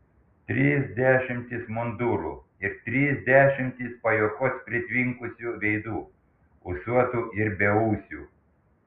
trys dešimtys mundurų ir trys dešimtys pajuokos pritvinkusių veidų ūsuotų ir beūsių